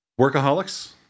workaholics